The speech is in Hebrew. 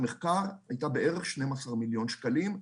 הממשלה היות והישיבה הקודמת הייתה לפני זמן מה.